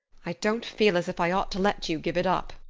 i don't feel as if i ought to let you give it up,